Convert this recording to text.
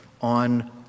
on